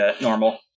normal